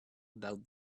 about